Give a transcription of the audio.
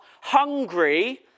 hungry